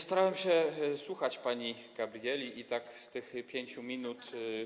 Starałem się słuchać pani Gabrieli i z tych 5 minut.